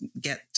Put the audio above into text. get